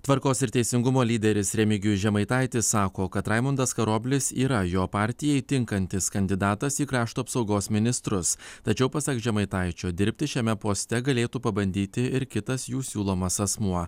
tvarkos ir teisingumo lyderis remigijus žemaitaitis sako kad raimundas karoblis yra jo partijai tinkantis kandidatas į krašto apsaugos ministrus tačiau pasak žemaitaičio dirbti šiame poste galėtų pabandyti ir kitas jų siūlomas asmuo